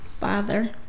Father